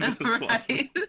Right